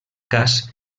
cas